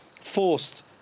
forced